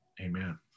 Amen